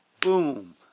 boom